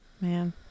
Man